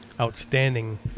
outstanding